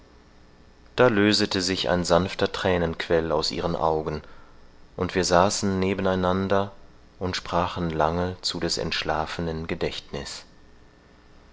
da lösete sich ein sanfter thränenquell aus ihren augen und wir saßen neben einander und sprachen lange zu des entschlafenen gedächtniß